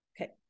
Okay